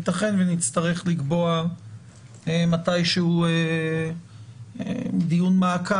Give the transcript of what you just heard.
יתכן ונצטרך לקבוע מתישהו דיון מעקב